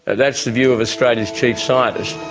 that's the view of australia's chief scientist.